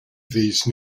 these